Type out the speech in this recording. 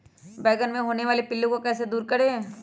बैंगन मे होने वाले पिल्लू को कैसे दूर करें?